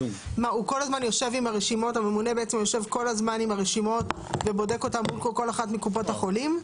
הממונה כל הזמן יושב עם הרשימות ובודק אותן מול כל אחת מקופות החולים?